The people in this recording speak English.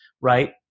right